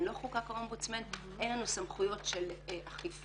לא חוקק ה- -- אין לנו סמכויות של אכיפה,